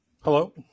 hello